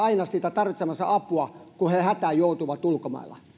tarvitsemaansa apua kun he hätään joutuvat ulkomailla